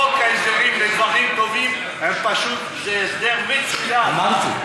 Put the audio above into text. חוק ההסדרים לדברים טובים זה פשוט הסדר מצוין,